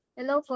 Hello